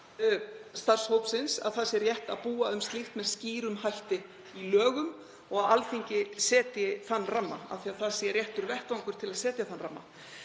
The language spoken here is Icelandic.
starfshópsins að rétt sé að búa um slíkt með skýrum hætti í lögum og að Alþingi setji þann ramma, af því að það sé réttur vettvangur til að setja þann ramma.